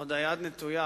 עוד היד נטויה.